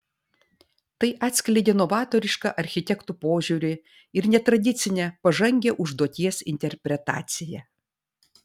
tai atskleidė novatorišką architektų požiūrį ir netradicinę pažangią užduoties interpretaciją